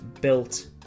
built